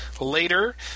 Later